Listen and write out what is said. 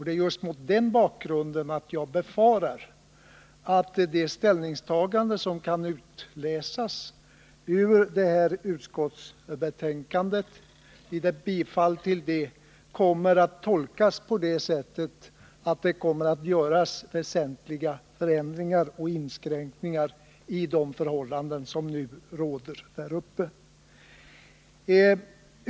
Det är just med tanke härpå som jag befarar att det ställningstagande som kan utläsas ur ett bifall till utskottets förslag kan komma att tolkas så, att väsentliga förändringar av de rådande förhållandena däruppe kommer att göras.